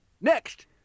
Next